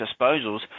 disposals